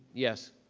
yes,